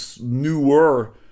newer